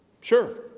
Sure